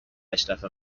اشرف